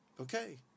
okay